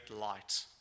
light